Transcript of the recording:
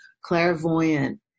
clairvoyant